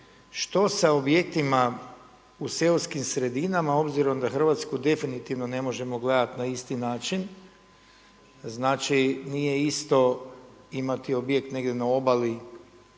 što sa objektima u seoskim sredinama obzirom da Hrvatsku definitivno ne možemo gledati na isti način. Znači, nije isto imati objekt negdje na obali